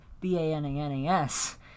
B-A-N-A-N-A-S